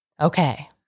Okay